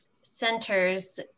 centers